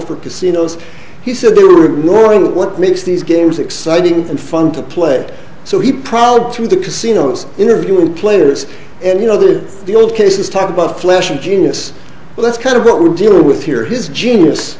for casinos he said they were ignoring what makes these games exciting and fun to play so he proud through the casinos interviewing players and you know that the old cases talk about flesh and genius but that's kind of what we're dealing with here his genius